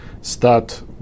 start